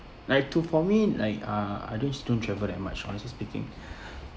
like to for me like uh I just don't travel that much honestly speaking